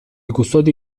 custodi